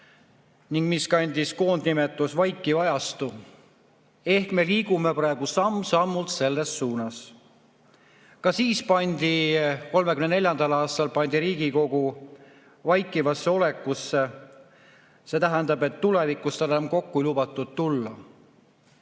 mis kandis koondnimetust vaikiv ajastu. Ehk me liigume praegu samm-sammult selles suunas. Ka siis, 1934. aastal pandi Riigikogu vaikivasse olekusse. See tähendab, et tulevikus tal enam kokku ei lubatud tulla.